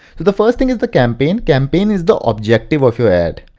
the the first thing is the campaign, campaign is the objective of your ad.